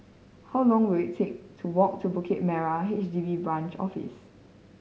how long will it take to walk to Bukit Merah H D B Branch Office